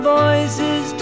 voices